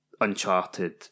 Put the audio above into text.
Uncharted